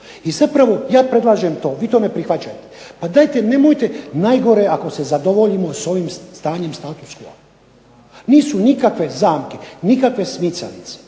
I zapravo ja predlažem to i vi to ne prihvaćate. Pa dajte nemojte najgore je ako se zadovoljimo sa ovim stanjem status quo. Nisu nikakve zamke, nikakve smicalice.